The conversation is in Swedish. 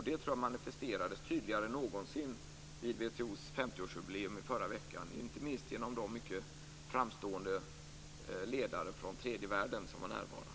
Det manifesterades kanske tydligare än någonsin vid WTO:s 50-årsjubileum förra veckan, inte minst genom de mycket framstående ledare från tredje världen som var närvarande.